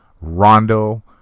Rondo